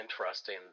interesting